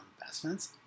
investments